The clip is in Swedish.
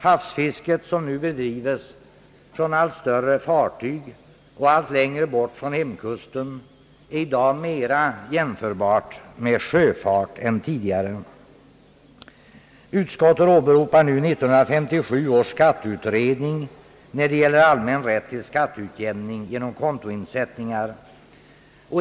Havsfisket, som nu bedrives från allt större fartyg och allt längre bort från hemkusten, är i dag mera jämförbart med sjöfart än tidigare. Utskottet åberopar nu 1957 års skatteutredning när det gäller allmän rätt till skatteutjämning genom kontoinsättningar.